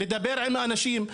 לדבר עם האנשים,